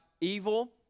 evil